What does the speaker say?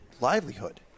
livelihood